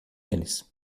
eles